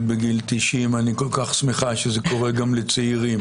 בגיל 90: אני כל כך שמחה שזה קורה גם לצעירים.